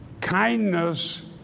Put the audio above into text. kindness